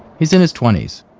he's in his twenties,